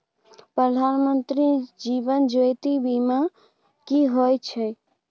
प्रधानमंत्री जीवन ज्योती बीमा की होय छै?